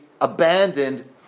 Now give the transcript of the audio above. abandoned